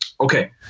Okay